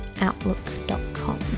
outlook.com